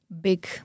big